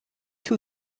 two